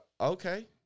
okay